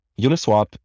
Uniswap